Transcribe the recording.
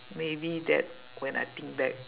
maybe that when I think back